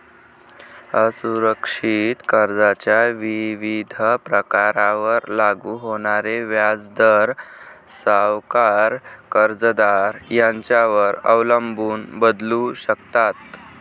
असुरक्षित कर्जाच्या विविध प्रकारांवर लागू होणारे व्याजदर सावकार, कर्जदार यांच्यावर अवलंबून बदलू शकतात